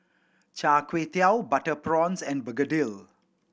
Char Kway Teow butter prawns and begedil